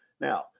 Now